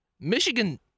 Michigan